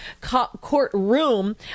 courtroom